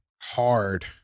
hard